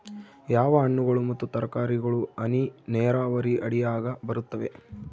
ಯಾವ ಹಣ್ಣುಗಳು ಮತ್ತು ತರಕಾರಿಗಳು ಹನಿ ನೇರಾವರಿ ಅಡಿಯಾಗ ಬರುತ್ತವೆ?